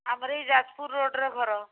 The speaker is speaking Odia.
ଆମର ଏଇ ଯାଜପୁର ରୋଡ଼୍ର ଘର